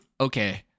okay